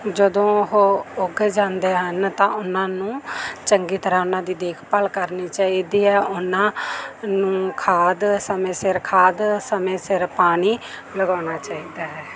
ਜਦੋਂ ਉਹ ਉੱਗ ਜਾਂਦੇ ਹਨ ਤਾਂ ਉਹਨਾਂ ਨੂੰ ਚੰਗੀ ਤਰ੍ਹਾਂ ਉਹਨਾਂ ਦੀ ਦੇਖਭਾਲ ਕਰਨੀ ਚਾਹੀਦੀ ਹੈ ਉਹਨਾਂ ਨੂੰ ਖਾਦ ਸਮੇਂ ਸਿਰ ਖਾਦ ਸਮੇਂ ਸਿਰ ਪਾਣੀ ਲਗਾਉਣਾ ਚਾਹੀਦਾ ਹੈ